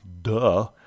Duh